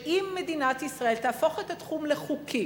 אם מדינת ישראל תהפוך את התחום לחוקי,